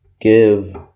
give